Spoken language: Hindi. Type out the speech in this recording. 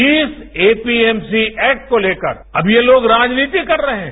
जिस एपीएमसी एक्ट को लेकर अब ये लोग राजनीति कर रहे हैं